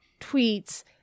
tweets